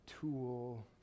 tool